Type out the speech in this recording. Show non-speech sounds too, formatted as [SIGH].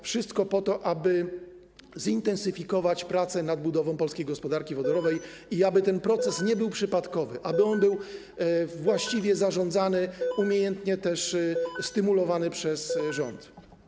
Wszystko po to, aby zintensyfikować pracę nad budową polskiej gospodarki wodorowej [NOISE] i aby ten proces nie był przypadkowy, aby on był właściwie zarządzany, umiejętnie stymulowany przez rząd.